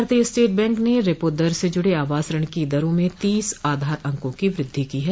भारतीय state bank ने repo दर से जुड़े आवास ऋण की दरों में तीस आधार अंकों की वृद्वि की है